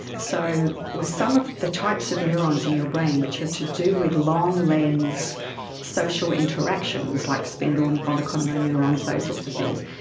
so some of the types of neurons in your brain which are to do with long-lens social interactions like spindle and von economo neurons, those sorts of things,